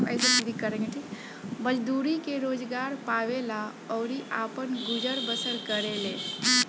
मजदूरी के रोजगार पावेले अउरी आपन गुजर बसर करेले